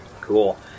Cool